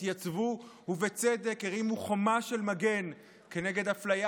התייצבו ובצדק הרימו חומה של מגן כנגד אפליה